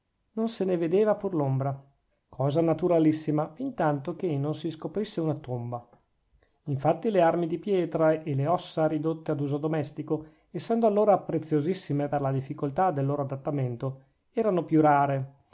non se ne vedeva pur l'ombra cosa naturalissima fintanto che non si scoprisse una tomba infatti le armi di pietra e le ossa ridotte ad uso domestico essendo allora preziosissime per la difficoltà del loro adattamento erano più rare